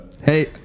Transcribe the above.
Hey